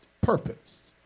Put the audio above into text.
purpose